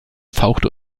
fauchte